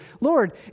Lord